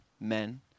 men